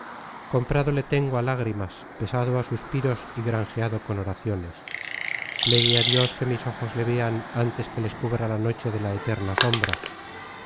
comprado le tengo á lágrimas pesado á suspiros y granjeado con oraciones plegue á dios que mis ojos le vean antes que les cubra la noche de la eterna sombra